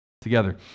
together